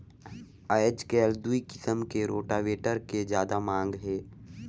आयज कायल दूई किसम के रोटावेटर के जादा मांग हे